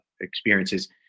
experiences